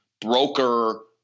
broker